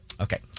Okay